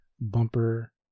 Bumper